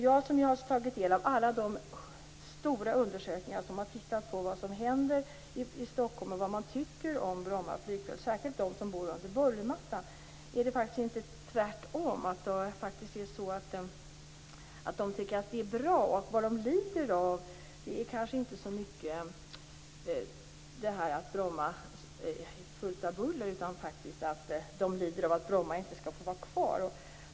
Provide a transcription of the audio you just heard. Jag har tagit del av alla de stora undersökningar som har tittat på vad som händer i Stockholm och vad människor tycker om Bromma flygplats, särskilt de som bor under bullermattan. Är det inte tvärtom så att de tycker att det är bra? Vad de lider av är kanske inte så mycket att Bromma är fullt av buller som att Bromma inte skall få vara kvar.